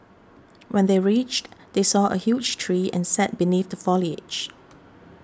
when they reached they saw a huge tree and sat beneath the foliage